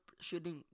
shooting